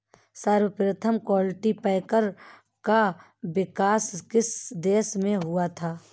सर्वप्रथम कल्टीपैकर का विकास किस देश में हुआ था?